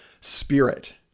spirit